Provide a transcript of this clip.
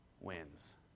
wins